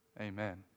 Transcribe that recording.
Amen